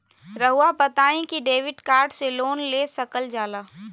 रहुआ बताइं कि डेबिट कार्ड से लोन ले सकल जाला?